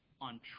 on